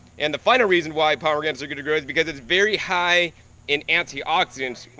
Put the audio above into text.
and the final reason why pomegranates are good to grow is because it's very high in antioxidants,